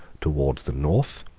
towards the north,